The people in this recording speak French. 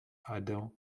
adam